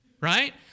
right